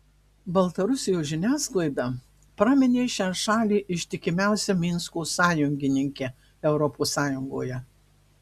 baltarusijos žiniasklaida praminė šią šalį ištikimiausia minsko sąjungininke europos sąjungoje